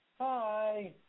Hi